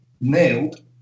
nailed